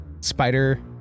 spider